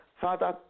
Father